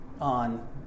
on